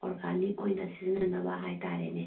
organic ꯑꯣꯏꯅ ꯁꯤꯖꯤꯟꯅꯅꯕ ꯍꯥꯏꯇꯥꯔꯦꯅꯦ